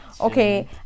okay